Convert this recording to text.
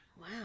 Wow